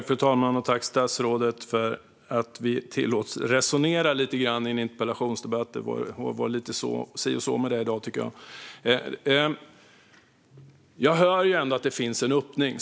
Fru talman! Jag tackar statsrådet för att vi tillåts resonera lite i en interpellationsdebatt. Det har varit lite si och så med det i dag. Jag hör att det finns en öppning.